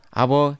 abo